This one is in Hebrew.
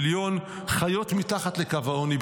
1.98 מיליון חיות מתחת לקו העוני,